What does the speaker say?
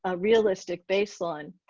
ah realistic baseline.